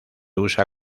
usa